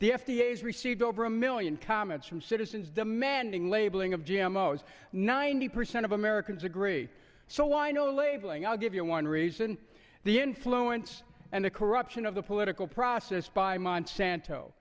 has received over a million comments from citizens demanding labeling of g m o as ninety percent of americans agree so why no labeling i'll give you one reason the influence and the corruption of the political process by monsanto